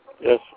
Yes